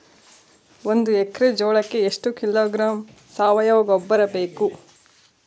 ಒಂದು ಎಕ್ಕರೆ ಜೋಳಕ್ಕೆ ಎಷ್ಟು ಕಿಲೋಗ್ರಾಂ ಸಾವಯುವ ಗೊಬ್ಬರ ಬೇಕು?